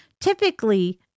typically